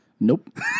Nope